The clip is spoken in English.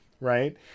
Right